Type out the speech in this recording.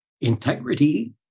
integrity